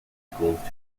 sequels